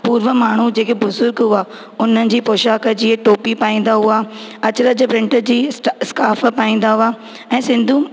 पुर्व माण्हू जेके बुज़ुर्ग हुआ उन जी पोशाक जीअं टोपी पाईंदा हुआ अजरक प्रिंट जी स्काफ पाईंदा हुआ ऐं सिंधू